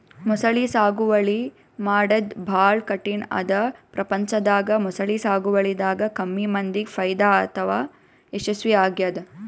ಮೊಸಳಿ ಸಾಗುವಳಿ ಮಾಡದ್ದ್ ಭಾಳ್ ಕಠಿಣ್ ಅದಾ ಪ್ರಪಂಚದಾಗ ಮೊಸಳಿ ಸಾಗುವಳಿದಾಗ ಕಮ್ಮಿ ಮಂದಿಗ್ ಫೈದಾ ಅಥವಾ ಯಶಸ್ವಿ ಆಗ್ಯದ್